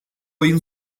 ayın